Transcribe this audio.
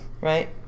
right